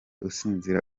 usinzira